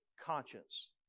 conscience